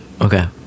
Okay